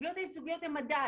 התביעות הייצוגיות הן מדד,